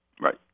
Right